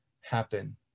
happen